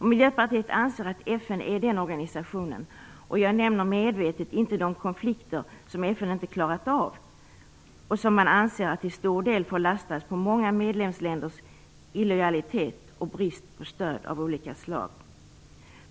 Miljöpartiet anser att FN är den organisationen. Jag nämner medvetet inte de konflikter som FN inte klarat av och som man anser till stor del får lastas på många medlemsländers illojalitet och brist på stöd av olika slag.